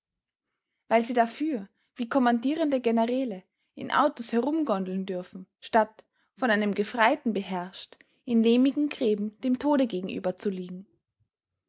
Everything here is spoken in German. weil sie dafür wie kommandierende generäle in autos herumgondeln dürfen statt von einem gefreiten beherrscht in lehmigen gräben dem tode gegenüber zu liegen